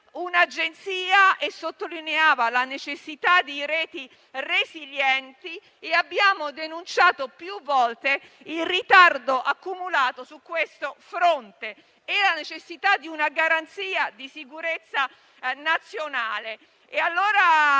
dell'Agenzia e sottolineava la necessità di reti resilienti. Abbiamo denunciato più volte il ritardo accumulato su questo fronte e la necessità di una garanzia di sicurezza nazionale